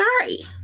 sorry